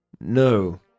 No